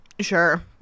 Sure